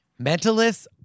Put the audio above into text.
Mentalists